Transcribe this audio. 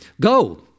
Go